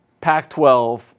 Pac-12